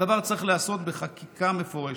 הדבר צריך להיעשות בחקיקה מפורשת,